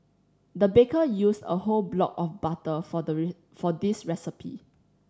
the baker used a whole block of butter for the for this recipe